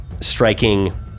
striking